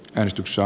hestyssa